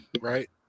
right